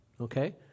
okay